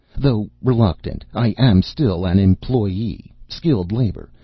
though reluctant, i am still an employee, skilled labor,